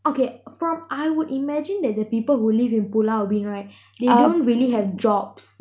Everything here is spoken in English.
okay from I would imagine that the people who live in pulau ubin right they don't really have jobs